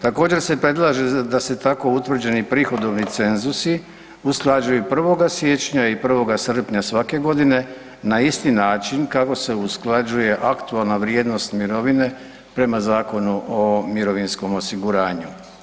Također se predlaže da se tako utvrđeni prihodovni cenzusi usklađuju 1. sije nja i 1. srpnja svake godine, na isti način kako se usklađuje aktualna vrijednost mirovine prema Zakonu o mirovinskom osiguranju.